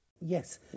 Yes